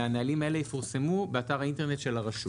והנהלים האלה יפורסמו באתר האינטרנט של הרשות.